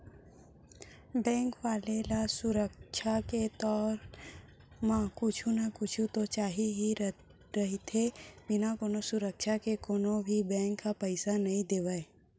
bank वाले ल सुरक्छा के तौर म कुछु न कुछु तो चाही ही रहिथे, बिना कोनो सुरक्छा के कोनो भी बेंक ह पइसा नइ देवय